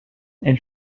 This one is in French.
elle